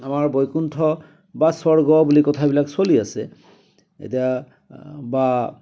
আমাৰ বৈকুণ্ঠ বা স্বৰ্গ বুলি কথা বিলাক চলি আছে এতিয়া বা